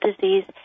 disease